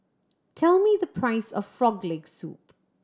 tell me the price of Frog Leg Soup